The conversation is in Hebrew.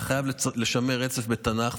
אתה חייב לשמור על רצף בתנ"ך.